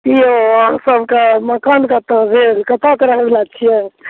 की यौ अहाँ सबके मकान कत्तऽ भेल कत्तऽके रहए बला छियै